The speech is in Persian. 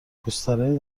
گستره